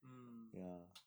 mm